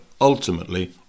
ultimately